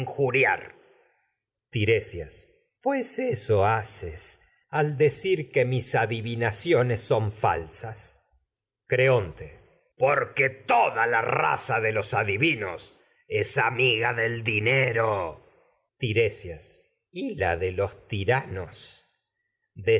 injuriar tiresias pues ciones falsas eso haces al decir que mis adivina son creonte porque toda la raza de los adivinos es amiga del dinero tiresias y la de los tiranos